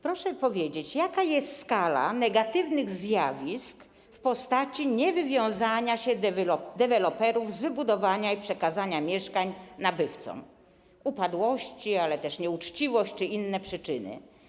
Proszę powiedzieć, jaka jest skala negatywnych zjawisk w postaci niewywiązania się deweloperów z wybudowania i przekazania mieszkań nabywcom, upadłości, nieuczciwości czy innych przyczyn.